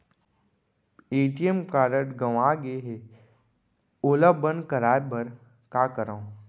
ATM card गंवा गे है ओला बंद कराये बर का करंव?